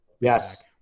Yes